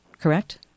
correct